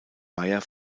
mayer